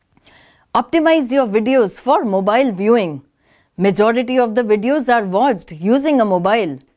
optimize your videos for mobile viewing majority of the videos are watched using a mobile.